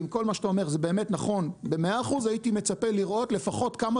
אם כל מה שאתה אומר הייתי מצפה לראות לפחות כמה